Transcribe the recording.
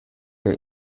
der